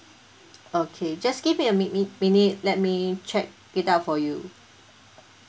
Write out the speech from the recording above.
okay just keep give me a mi~ mi~ minute let me check it out for you